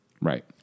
Right